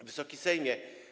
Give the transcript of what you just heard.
Wysoki Sejmie!